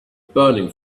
burning